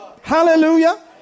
Hallelujah